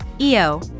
eo